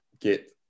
get